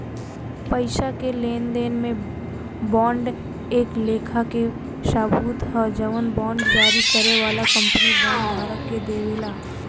पईसा के लेनदेन में बांड एक लेखा के सबूत ह जवन बांड जारी करे वाला कंपनी बांड धारक के देवेला